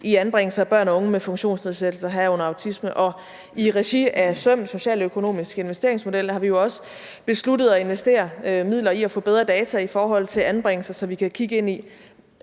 i anbringelser af børn og unge med funktionsnedsættelser, herunder autisme. Og vi har jo også i regi af SØM, Den Socialøkonomiske Investeringsmodel, besluttet at investere midler i at få bedre data i forhold til anbringelser, så vi kan kigge ind i,